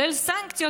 כולל סנקציות.